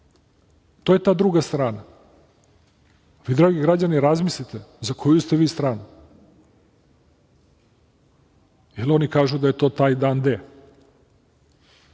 To je ta druga strana. A vi dragi građani razmislite za koju ste vi stranu, jer oni kažu da je to taj dan D.